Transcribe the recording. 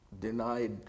denied